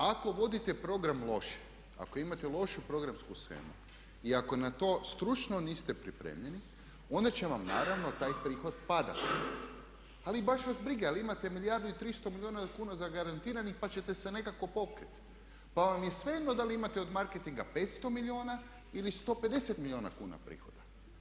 Ako vodite program loše, ako imate lošu programsku shemu i ako na to stručno niste pripremljeni, onda će vam naravno taj prihod padati ali baš vas briga jer imate milijardu i 300 milijuna kuna zagarantiranih pa ćete se nekako pokriti pa vam se svejedno da li imate od marketinga 500 milijuna ili 150 milijuna kuna prihoda.